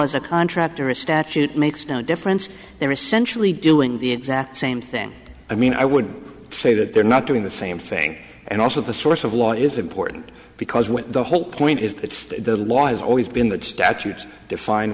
is a contract or a statute makes no difference they're essentially doing the exact same thing i mean i would say that they're not doing the same thing and also the source of law is important because when the whole point is that the law has always been the statutes define